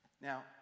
Now